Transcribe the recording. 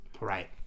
Right